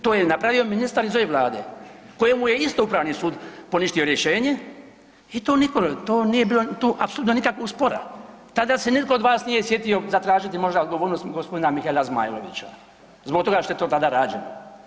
To je napravio ministar iz ove vlade kojemu je isto upravni sud poništio rješenje i to niko, to nije bilo tu apsolutno nikakvog spora, tada se nitko od vas nije sjetio zatražiti možda odgovornost g. Mihaela Zmajlovića zbog toga što je to tada rađeno?